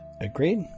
Agreed